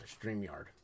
StreamYard